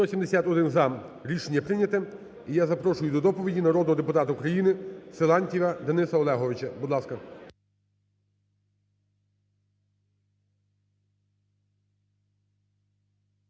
За-171 Рішення прийнято. І я запрошую до доповіді народного депутата України Силантьєва Дениса Олеговича. Будь ласка.